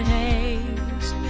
haze